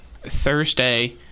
thursday